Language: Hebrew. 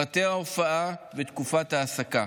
פרטי ההופעה ותקופת ההעסקה.